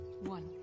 one